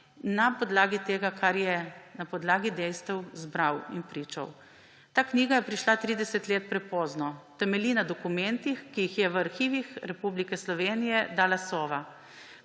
na podlagi dejstev, ki jih zbral in pričal: »Ta knjiga je prišla 30 let prepozno. Temelji na dokumentih, ki jih je v arhive Republike Slovenije dala Sova.